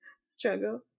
struggle